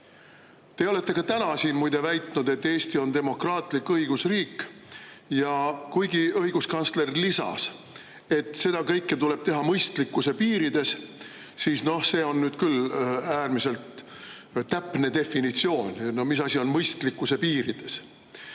Te olete ka täna siin muide väitnud, et Eesti on demokraatlik õigusriik, ja kuigi õiguskantsler lisas, et seda kõike tuleb teha mõistlikkuse piirides, siis see on nüüd küll äärmiselt "täpne" definitsioon – [mida tähendab] mõistlikkuse piirides?